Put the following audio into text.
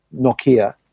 Nokia